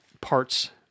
parts